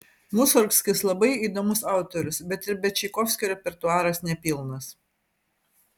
musorgskis labai įdomus autorius bet ir be čaikovskio repertuaras nepilnas